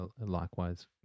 likewise